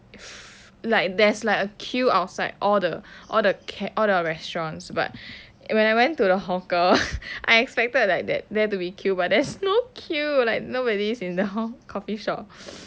like there's like a queue outside all the restaurants but when I went to the hawker I expected like that there to be queue but there's no queue like nobody is in the whole coffee shop